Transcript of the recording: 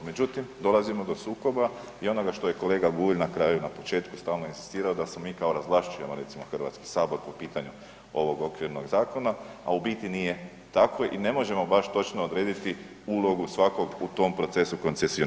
Međutim, dolazimo do sukoba i onoga što je kolega Bulj na kraju i na početku stalno inzistirao da se mi kao razvlašćujemo recimo HS po pitanju ovog okvirnog zakona, a u biti nije tako i ne možemo baš točno odrediti ulogu svakog u tom procesu koncesioniranja.